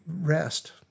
rest